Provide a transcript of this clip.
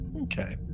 Okay